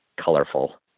colorful